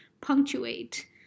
punctuate